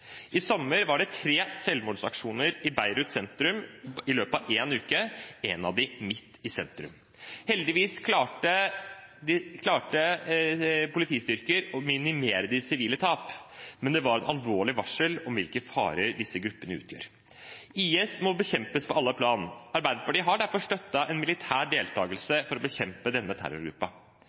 I sommer var det tre selvmordsaksjoner i Beirut sentrum i løpet av én uke, en av dem midt i sentrum. Heldigvis klarte politistyrker å minimere de sivile tapene, men det var et alvorlig varsel om hvilke farer disse gruppene utgjør. IS må bekjempes på alle plan. Arbeiderpartiet har derfor støttet en militær deltakelse for å bekjempe denne